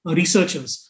researchers